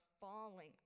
falling